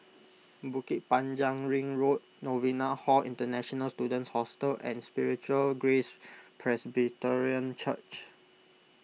Bukit Panjang Ring Road Novena Hall International Students Hostel and Spiritual Grace Presbyterian Church